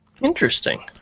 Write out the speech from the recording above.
Interesting